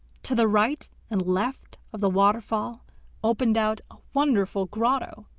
to the right and left of the waterfall opened out a wonderful grotto,